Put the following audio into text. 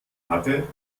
hatte